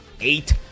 eight